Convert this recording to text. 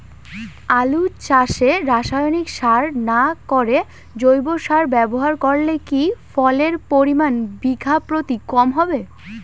আলু চাষে রাসায়নিক সার না করে জৈব সার ব্যবহার করলে কি ফলনের পরিমান বিঘা প্রতি কম হবে?